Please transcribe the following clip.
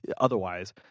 otherwise